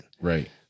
Right